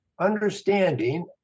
understanding